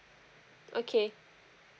okay